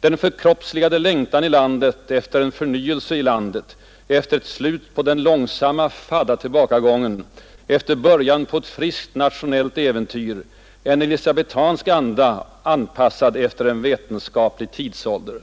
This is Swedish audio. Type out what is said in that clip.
Den förkroppsligade längtan i landet efter en förnyelse i landet, efter ett slut på den långsamma, fadda tillbakagången, efter början på ett friskt nationellt äventyr, en Elisabethiansk anda, anpassad efter en vetenskaplig tidsålder.” Det